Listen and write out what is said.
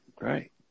right